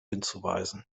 hinzuweisen